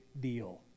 deal